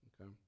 okay